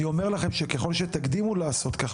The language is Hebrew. אני אומר לכם שככל שתקדימו לעשות כך,